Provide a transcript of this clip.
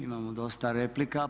Imamo dosta replika.